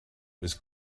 was